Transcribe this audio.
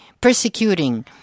persecuting